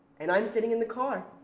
and i'm sitting in the car,